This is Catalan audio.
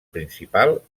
principal